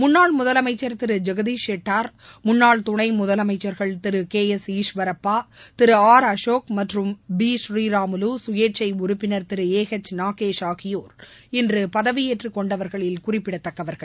முன்னாள் முதலமைச்சர் திரு ஜெக்தீஷ் ஷெட்டார் முன்னாள் துணை முதலமைச்சர்கள் திரு கே எஸ் ஈஸ்வரப்பா திரு ஆர் அசோக் மற்றும் பி பூரீராமுலு சுயேச்சை உறுப்பினர் திரு ஏ எச் நாகேஷ் ஆகியோர் இன்று பதவியேற்றுக் கொண்டவர்களில் குறிப்பிடத்தக்கவர்கள்